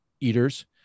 eaters